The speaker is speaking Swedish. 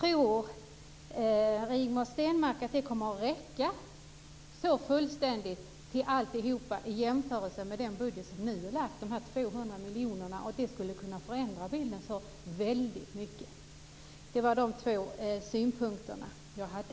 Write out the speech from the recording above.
Tror Rigmor Stenmark att det kommer att räcka till allt? Kommer dessa 200 miljoner att kunna förändra bilden så väldigt mycket om man jämför med den föreslagna budgeten? Det var de två synpunkter jag hade.